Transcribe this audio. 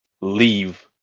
leave